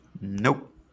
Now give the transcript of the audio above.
Nope